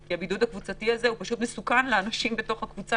כי הבידוד הקבוצתי הזה פשוט מסוכן לאנשים בתוך הקבוצה.